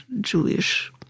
Jewish